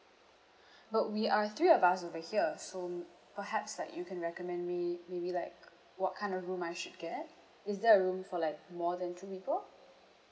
but we are three of us over here so perhaps like you can recommend me maybe like what kind of room I should get is there a room for like more than two people